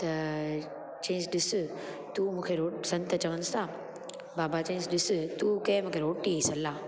त चयईसि ॾिस तूं मूंखे रोट संत चवनिसि था बाबा चयईसि ॾिस तूं कयई मूंखे रोटीअ जी सलाह